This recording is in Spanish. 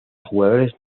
jugadores